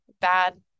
bad